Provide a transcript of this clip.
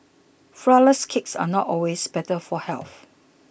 Flourless Cakes are not always better for health